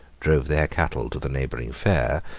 drove their cattle to the neighboring fair,